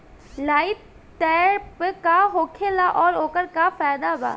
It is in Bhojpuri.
लाइट ट्रैप का होखेला आउर ओकर का फाइदा बा?